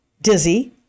dizzy